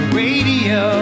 radio